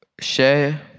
Share